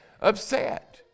upset